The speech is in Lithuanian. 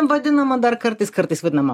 vadinama dar kartais kartais vadinama